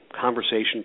conversation